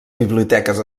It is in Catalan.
biblioteques